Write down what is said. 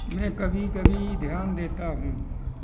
मैं कभी कभी ध्यान देता हूँ